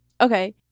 Okay